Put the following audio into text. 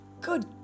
Good